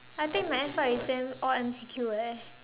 I think might as well you send all M_C_Q like that